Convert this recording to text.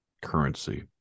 currency